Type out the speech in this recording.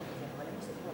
לוועדה לזכויות הילד נתקבלה.